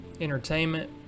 entertainment